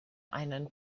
einen